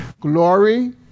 Glory